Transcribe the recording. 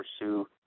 pursue